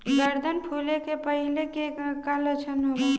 गर्दन फुले के पहिले के का लक्षण होला?